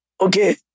okay